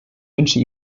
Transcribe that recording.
wünsche